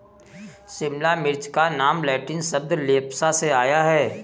शिमला मिर्च का नाम लैटिन शब्द लेप्सा से आया है